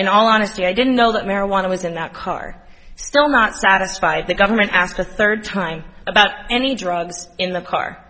in all honesty i didn't know that marijuana was in that car still not satisfied the government asked a third time about any drugs in the car